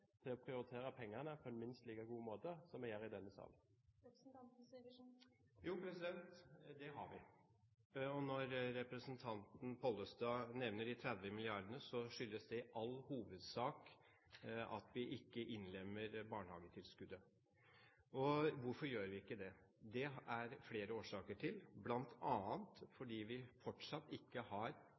til å prioritere pengene på en minst like god måte som vi gjør i denne sal? Jo, det har vi. Representanten Pollestad nevner de 30 milliardene; det skyldes i all hovedsak at vi ikke innlemmer barnehagetilskuddet. Og hvorfor gjør vi ikke det? Det er det flere årsaker til. Blant annet er det fordi vi fortsatt ikke har